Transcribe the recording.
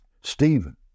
Stephen